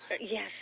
Yes